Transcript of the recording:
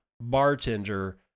bartender